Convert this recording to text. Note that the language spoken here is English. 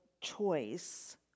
choice